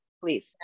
please